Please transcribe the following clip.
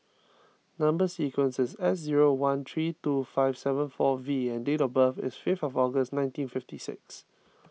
Number Sequence is S zero one three two five seven four V and date of birth is fifth of August nineteen fifty six